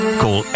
call